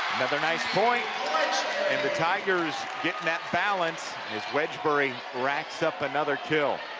another nice point and the tigers getting that balance as wedgbury wracked up another kill.